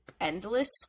endless